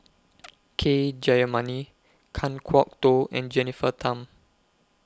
K Jayamani Kan Kwok Toh and Jennifer Tham